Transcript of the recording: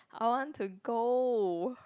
I want to go